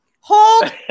Hold